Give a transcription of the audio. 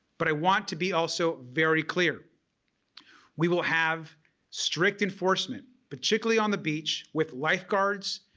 but i want to be also very clear we will have strict enforcement particularly on the beach with lifeguards,